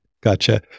Gotcha